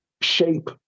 shape